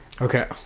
okay